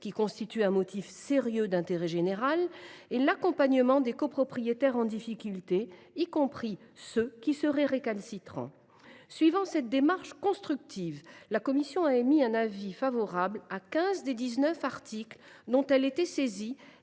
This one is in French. qui constitue un motif sérieux d’intérêt général, et l’accompagnement des copropriétaires en difficulté, y compris ceux qui seraient récalcitrants. Suivant cette démarche constructive, la commission des lois a émis un avis favorable sur quinze des dix neuf articles dont elle était saisie